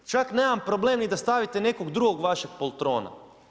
Čak nemam problem ni da stavite nekog drugog vašeg poltrona.